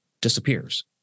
disappears